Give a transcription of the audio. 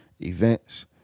events